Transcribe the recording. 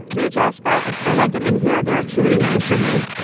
lee jaspar, and earlonne, get in here, there are too many names for me. ah